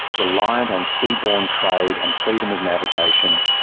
reliant on seaborne trade and freedom of navigation,